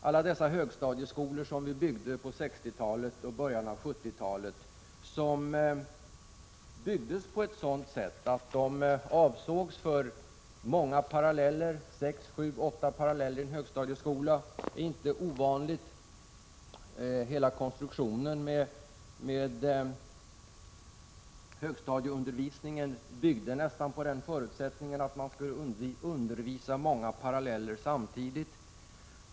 Alla dessa högstadieskolor från 60-talet och början av 70-talet byggdes på ett sådant sätt att de skulle kunna inhysa många paralleller — sex, sju eller åtta paralleller är inte ovanligt. Hela konstruktionen med högstadieundervisningen byggde nästan på förutsättningen att lärarna skulle undervisa många paralleller samtidigt.